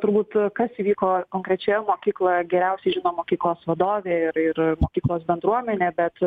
turbūt kas įvyko konkrečioje mokykloje geriausiai žino mokyklos vadovė ir ir mokyklos bendruomenė bet